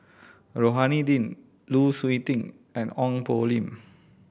Rohani Din Lu Suitin and Ong Poh Lim